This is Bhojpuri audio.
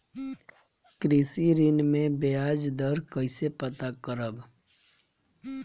कृषि ऋण में बयाज दर कइसे पता करब?